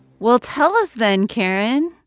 well, tell us, then, karen,